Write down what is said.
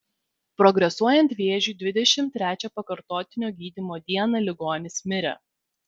progresuojant vėžiui dvidešimt trečią pakartotinio gydymo dieną ligonis mirė